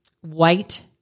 white